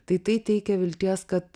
tai tai teikia vilties kad